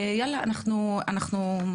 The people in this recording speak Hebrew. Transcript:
טוב, אנחנו מתחילות.